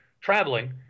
traveling